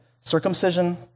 circumcision